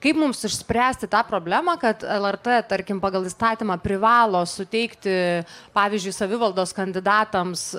kaip mums išspręsti tą problemą kad lrt tarkim pagal įstatymą privalo suteikti pavyzdžiui savivaldos kandidatams